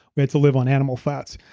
we had to live on animal fats.